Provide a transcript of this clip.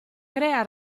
crea